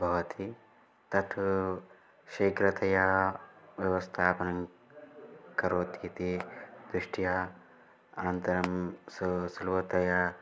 भवति तत् शीघ्रतया व्यवस्थापनं करोतीति दृष्ट्या अनन्तरं सः सुलभतया